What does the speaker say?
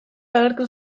agertu